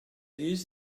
used